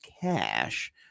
cash